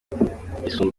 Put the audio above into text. isumba